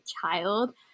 child